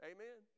Amen